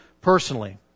personally